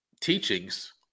teachings